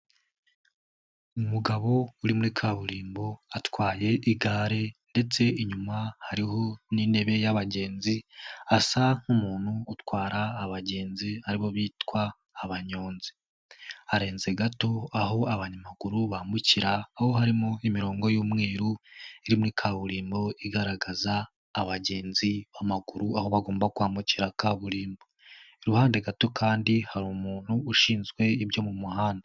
Umugabo uri muri kaburimbo atwaye igare ndetse inyuma hariho n'intebe y'abagenzi asa nk'umuntu utwara abagenzi ari bo bitwa abanyonzi, arenze gato aho abanyamaguru bambukira aho harimo imirongo y'umweru iri muri kaburimbo igaragaza abagenzi b'amaguru aho bagomba kwambukira kaburimbo, iruhande gato kandi hari umuntu ushinzwe ibyo mu muhanda.